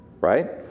right